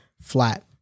flat